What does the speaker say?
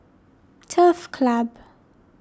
Turf Club